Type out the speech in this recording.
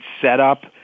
setup